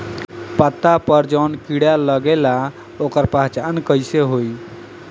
पत्ता पर जौन कीड़ा लागेला ओकर पहचान कैसे होई?